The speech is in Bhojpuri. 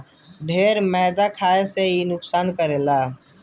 ढेर मैदा खाए से इ नुकसानो करेला